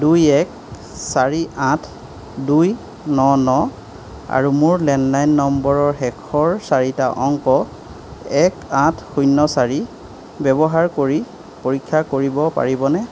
দুই এক চাৰি আঠ দুই ন ন আৰু মোৰ লেণ্ডলাইন নম্বৰৰ শেষৰ চাৰিটা অংক এক আঠ শূন্য চাৰি ব্যৱহাৰ কৰি পৰীক্ষা কৰিব পাৰিবনে